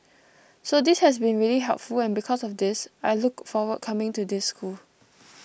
so this has been really helpful and because of this I look forward coming to this school